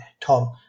Tom